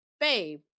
Babe